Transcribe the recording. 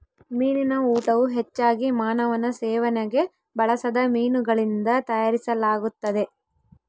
ಮೀನಿನ ಊಟವು ಹೆಚ್ಚಾಗಿ ಮಾನವನ ಸೇವನೆಗೆ ಬಳಸದ ಮೀನುಗಳಿಂದ ತಯಾರಿಸಲಾಗುತ್ತದೆ